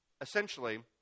essentially